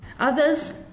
Others